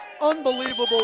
Unbelievable